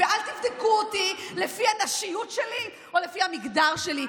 ואל תבדקו אותי לפי הנשיות שלי או לפי המגדר שלי.